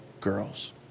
girls